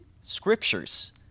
scriptures